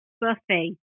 Buffy